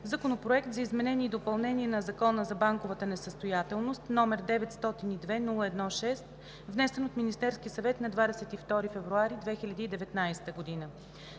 Законопроект за изменение и допълнение на Закона за банковата несъстоятелност, № 902-01-6, внесен от Министерския съвет на 22 февруари 2019 г.;